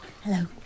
Hello